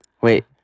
Wait